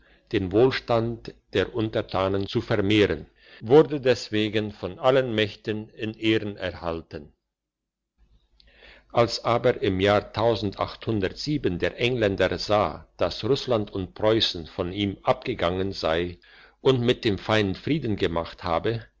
den wohlstand der untertanen zu vermehren wurde deswegen von allen mächten in ehren erhalten als aber im jahr der engländer sah dass russland und preussen von ihm abgegangen sei und mit dem feind frieden gemacht habe